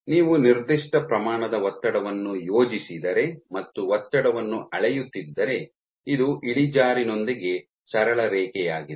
ನೀವು ನಿರ್ದಿಷ್ಟ ಪ್ರಮಾಣದ ಒತ್ತಡವನ್ನು ಯೋಜಿಸಿದರೆ ಮತ್ತು ಒತ್ತಡವನ್ನು ಅಳೆಯುತ್ತಿದ್ದರೆ ಇದು ಇಳಿಜಾರಿನೊಂದಿಗೆ ಸರಳ ರೇಖೆಯಾಗಿದೆ